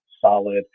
solid